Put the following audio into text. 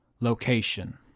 location